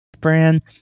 brand